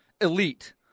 elite